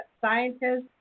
scientists